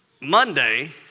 Monday